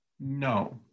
No